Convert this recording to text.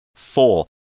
Four